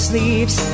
Sleeves